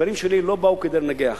ההסברים שלי לא באו כדי לנגח,